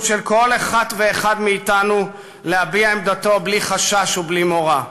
של כל אחת ואחד מאתנו להביע עמדתו בלי חשש ובלי מורא.